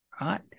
right